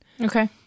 Okay